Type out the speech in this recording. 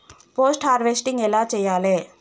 Post harvesting ఎలా చెయ్యాలే?